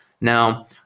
now